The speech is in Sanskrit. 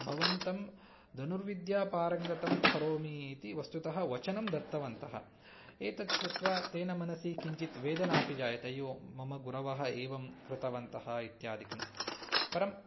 भवन्तं धनुर्विद्यापारङ्गतं करोमि इति वस्तुतः वचनं दत्तवन्तः एतद् श्रुत्वा तेन मनसि किञ्चित् वेदनापि जायते अय्यो मम गुरवः एवं कृतवन्तः इत्यादिकं परम्